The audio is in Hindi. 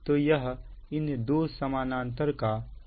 तो यह इन दो समानांतर का तुल्य है